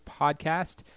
Podcast